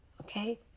Okay